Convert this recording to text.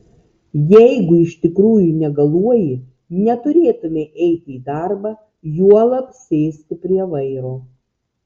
jeigu iš tikrųjų negaluoji neturėtumei eiti į darbą juolab sėsti prie vairo